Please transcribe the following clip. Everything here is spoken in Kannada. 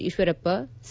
ಈಶ್ವರಪ್ಪ ಸಿ